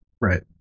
Right